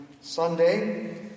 Sunday